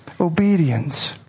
Obedience